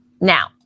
Now